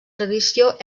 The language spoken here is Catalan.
tradició